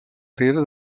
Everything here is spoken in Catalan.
riera